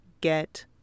get